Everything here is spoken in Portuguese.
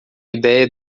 idéia